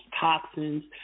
toxins